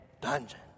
dungeon